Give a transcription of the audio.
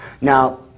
Now